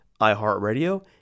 iHeartRadio